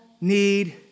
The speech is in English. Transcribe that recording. need